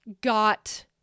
got